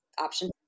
option